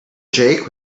jake